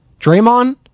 Draymond